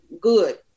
good